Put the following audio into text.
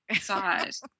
size